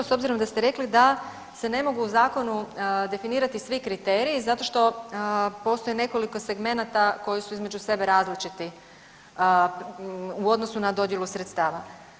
S obzirom da ste rekli da se ne mogu u zakonu definirati svi kriteriji zato što postoji nekoliko segmenata koji su između sebe različiti u odnosu na dodjelu sredstava.